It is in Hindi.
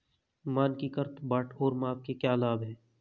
मानकीकृत बाट और माप के क्या लाभ हैं?